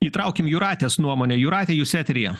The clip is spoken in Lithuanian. įtraukim jūratės nuomonę jūrate jūs eteryje